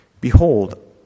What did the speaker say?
behold